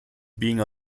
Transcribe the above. being